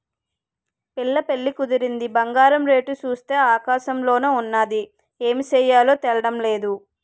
పిల్ల పెళ్లి కుదిరింది బంగారం రేటు సూత్తే ఆకాశంలోన ఉన్నాది ఏమి సెయ్యాలో తెల్డం నేదు